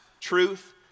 truth